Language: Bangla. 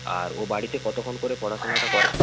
আর ও বাড়িতে কতক্ষণ করে পড়াশোনাটা করে